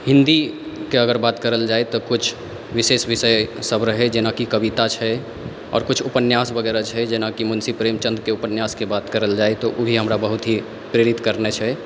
हिन्दीके अगर कुछ बात करल जाय तऽ कुछ विशेष विषयसभ रहय जेनाकि कविता छै आओर कुछ उपन्यास वगैरह छै जेना कि मुंशी प्रेमचन्दके उपन्यासके बात करल जाय तऽ ओ भी हमरा बहुत ही प्रेरित करने छै